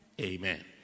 Amen